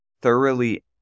thoroughly